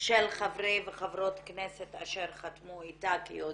של חברי וחברות כנסת אשר חתמו איתה כיוזמים.